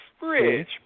Rich